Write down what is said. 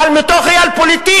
אבל מתוך ריאל-פוליטיק,